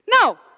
No